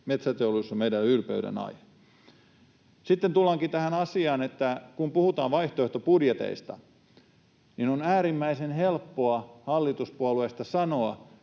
Metsäteollisuus on meidän ylpeydenaihe. Sitten tullaankin tähän asiaan, että kun puhutaan vaihtoehtobudjeteista, on äärimmäisen helppoa hallituspuolueesta sanoa,